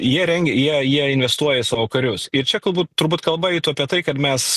jie rengia jie jie investuoja į savo karius ir čia kalbu turbūt kalba eitų apie tai kad mes